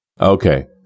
Okay